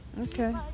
Okay